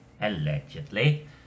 allegedly